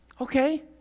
okay